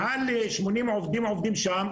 מעל 80 עובדים שעובדים שם,